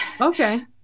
Okay